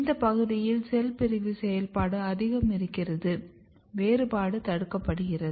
இந்த பகுதியில் செல் பிரிவு செயல்பாடு அதிகமாக இருக்கிறது வேறுபாடு தடுக்கப்படுகிறது